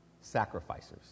sacrificers